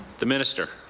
the minister.